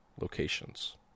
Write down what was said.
locations